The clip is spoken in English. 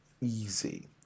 easy